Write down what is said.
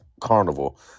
carnival